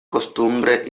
costumbre